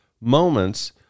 moments